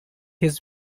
his